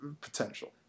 potential